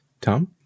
Tom